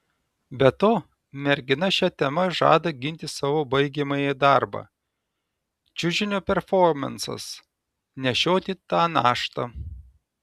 be to mergina šia tema žada ginti savo baigiamąjį darbą čiužinio performansas nešioti tą naštą